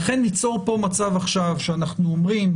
לכן ליצור כאן עכשיו מצב שאנחנו אומרים